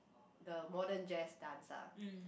the modern jazz dance ah